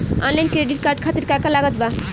Online credit card खातिर का का लागत बा?